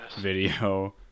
video